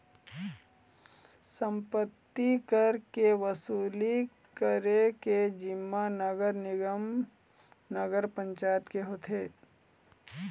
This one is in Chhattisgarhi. सम्पत्ति कर के वसूली करे के जिम्मा नगर निगम, नगर पंचायत के होथे